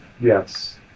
Yes